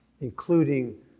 including